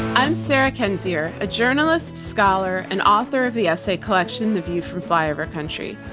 i'm sarah kendzior, a journalist, scholar and author of the essay collection the view from flyover country.